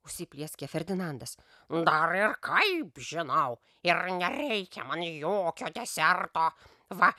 užsiplieskė ferdinandas dar ir kaip žinau ir nereikia man jokio deserto va